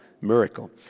miracle